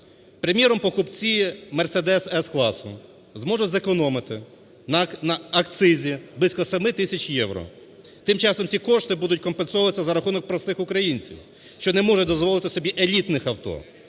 Приміром, покупці Mercedes С-класу зможуть зекономити на акцизі близько 7 тисяч євро. Тим часом, ці кошти будуть компенсовуватися за рахунок простих українців, що не можуть дозволити собі елітних авто,